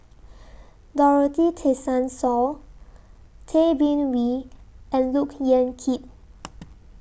Dorothy Tessensohn Tay Bin Wee and Look Yan Kit